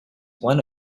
one